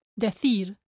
decir